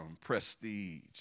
prestige